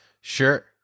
Sure